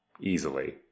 easily